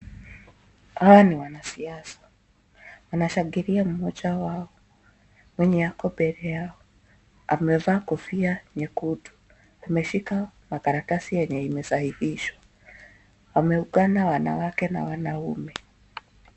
Hawa ni wanasiasa, wanshangilia mmoja wao mwenye ako mbele yao ,amevaa kofia ya nyekundu, ameshika makaratasi ambaye imesahihishwa ,wameungana wanawake na wanaume.